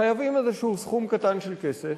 חייבים איזה סכום קטן של כסף.